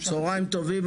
צוהריים טובים,